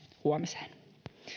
huomiseen